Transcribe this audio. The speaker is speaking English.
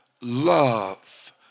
love